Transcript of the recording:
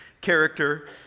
character